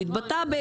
הוא התבטא,